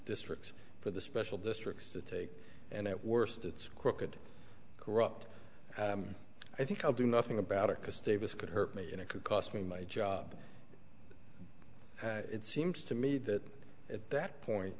district for the special districts to take and at worst it's crooked corrupt i think i'll do nothing about it because davis could hurt me and it could cost me my job it seems to me that at that point